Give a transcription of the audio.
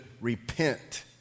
repent